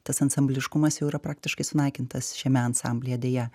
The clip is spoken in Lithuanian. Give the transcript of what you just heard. tas ansambliškumas jau yra praktiškai sunaikintas šiame ansamblyje deja